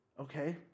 okay